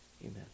Amen